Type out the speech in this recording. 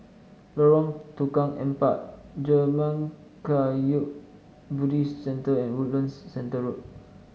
Lorong Tukang Empat Zurmang Kagyud Buddhist Centre and Woodlands Centre Road